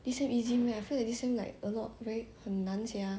this sem easy meh I feel like this sem like a lot very 很难 sia